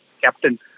captain